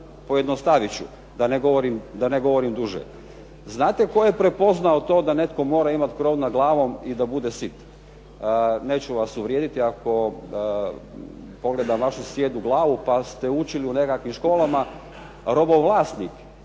Pojednostavit ću. Da ne govorim duže. Znate tko je prepoznao to da netko mora imati krov nad glavom i da bude sit? Neću vas uvrijediti ako pogledam vašu sijedu glavu, pa ste učili u nekakvim školama, robovlasnik.